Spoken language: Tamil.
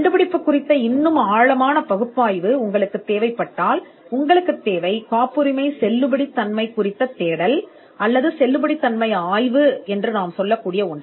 கண்டுபிடிப்பு பற்றிய விரிவான பகுப்பாய்வு உங்களுக்குத் தேவைப்பட்டால் தேவை என்னவென்றால் செல்லுபடியாகும் தேடல் அல்லது செல்லுபடியாகும் ஆய்வு என்று நாங்கள் அழைத்தோம்